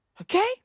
Okay